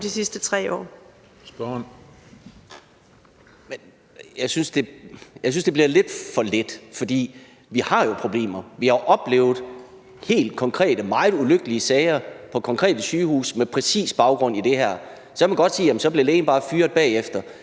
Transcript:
Hvelplund (EL): Jeg synes, det bliver lidt for let, for vi har jo problemer. Vi har oplevet helt konkrete, meget ulykkelige sager på konkrete sygehuse med baggrund i præcis det her. Så kan man godt sige, at lægen bare bliver fyret bagefter,